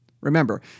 Remember